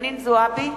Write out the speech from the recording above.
חנין זועבי,